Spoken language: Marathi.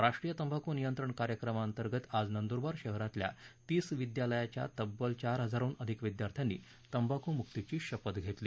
राष्ट्रीय तंबाखू नियंत्रण कार्यक्रमाअंतर्गत आज नंदुखबार शहरातील तीस विद्यालयाच्या तब्बल चार हजारहुन अधिक विद्यार्थ्यांनी तंबाखु मुक्तीची शपथ घेतली